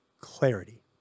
clarity